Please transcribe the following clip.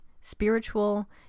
spiritual